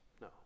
no